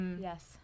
Yes